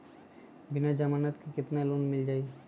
बिना जमानत के केतना लोन मिल जाइ?